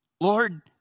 Lord